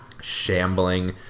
shambling